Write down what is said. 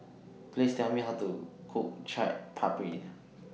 Please Tell Me How to Cook Chaat Papri